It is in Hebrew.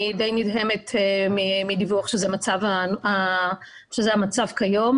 אני די נדהמת מהדיווח שזה המצב כיום.